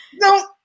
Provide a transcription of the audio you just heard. No